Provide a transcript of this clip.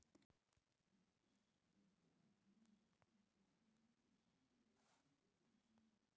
NBFC च्या माध्यमातून सोने कर्ज वगैरे गावात शकता काय?